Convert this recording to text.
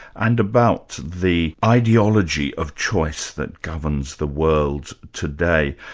and about the ideology of choice that governs the world today.